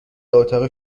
اتاق